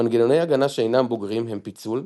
מנגנוני הגנה שאינם-בוגרים הם פיצול,